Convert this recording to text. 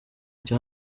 cya